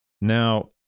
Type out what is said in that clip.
Now